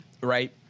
Right